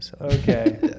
Okay